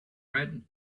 red